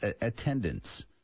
attendance